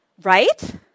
Right